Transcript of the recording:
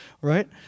Right